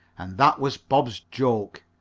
and that was bob's joke.